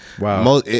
Wow